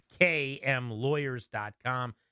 kmlawyers.com